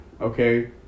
okay